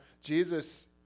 Jesus